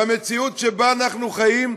במציאות שבה אנחנו חיים,